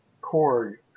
cord